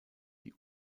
die